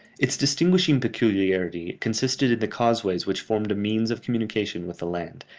its distinguishing peculiarity consisted in the causeways which formed a means of communication with the land,